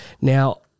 Now